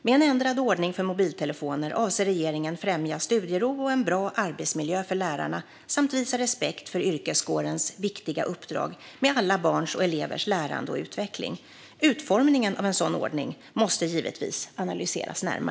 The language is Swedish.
Med en ändrad ordning för mobiltelefoner avser regeringen att främja studiero och en bra arbetsmiljö för lärarna samt visa respekt för yrkeskårens viktiga uppdrag med alla barns och elevers lärande och utveckling. Utformningen av en sådan ordning måste givetvis analyseras närmare.